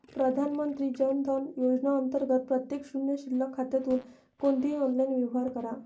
प्रधानमंत्री जन धन योजना अंतर्गत प्रत्येक शून्य शिल्लक खात्यातून कोणतेही ऑनलाइन व्यवहार करा